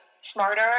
smarter